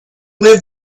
live